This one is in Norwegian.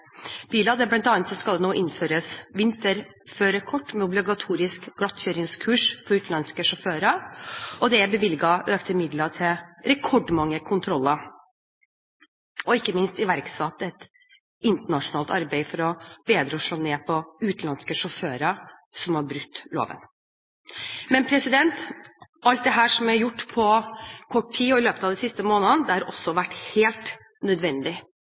biler, det skal nå innføres vinterførerkort med obligatorisk glattkjøringskurs for utenlandske sjåfører, og det er bevilget økte midler til rekordmange kontroller. Ikke minst er det iverksatt et internasjonalt arbeid for lettere å kunne slå ned på utenlandske sjåfører som har brutt loven. Men alt dette som er gjort på kort tid og i løpet av de siste månedene, har også vært helt nødvendig.